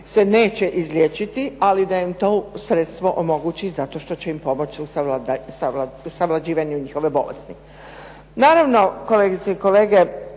se neće izliječiti, ali da im to sredstvo omogući zato što će im pomoći u savlađivanju njihove bolesti. Naravno, kolegice i kolege,